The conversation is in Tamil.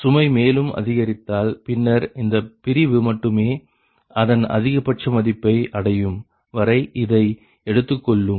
சுமை மேலும் அதிகரித்தால் பின்னர் இந்த பிரிவு மட்டுமே அதன் அதிகபட்ச மதிப்பை அடையும் வரை இதை எடுத்துக்கொள்ளும்